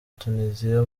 tunisia